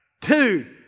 two